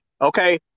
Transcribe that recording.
okay